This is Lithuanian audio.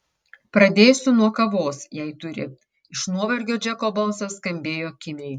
pradėsiu nuo kavos jei turi iš nuovargio džeko balsas skambėjo kimiai